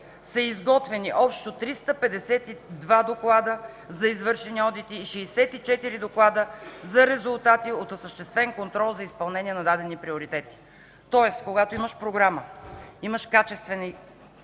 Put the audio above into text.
са изготвени общо 352 доклада за извършени одити и 64 доклада за резултати от осъществен контрол за изпълнение на дадени приоритети. Тоест когато имаш програма, имаш качествени